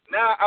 Now